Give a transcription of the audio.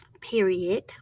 period